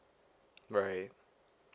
right